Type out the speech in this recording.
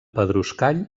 pedruscall